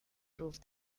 proved